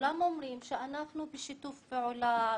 כולם אומרים שאנחנו בשיתוף פעולה.